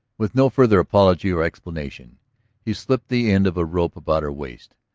with no further apology or explanation he slipped the end of a rope about her waist,